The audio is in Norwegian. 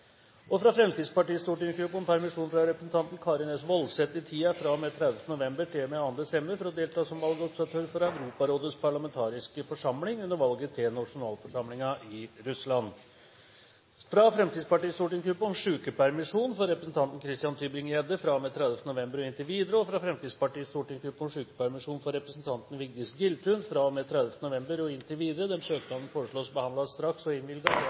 og med 30. november til og med 2. desember for å delta som valgobservatør for Europarådets parlamentariske forsamling under valget til nasjonalforsamling i Russland fra Fremskrittspartiets stortingsgruppe om sykepermisjon for representanten Christian Tybring-Gjedde fra og med 30. november og inntil videre fra Fremskrittspartiets stortingsgruppe om sykepermisjon for representanten Vigdis Giltun fra og med 30. november og inntil videre Etter forslag fra presidenten ble enstemmig besluttet: Søknadene behandles straks og